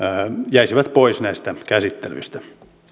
jäisivät pois näistä käsittelyistä